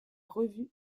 revue